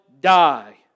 die